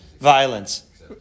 violence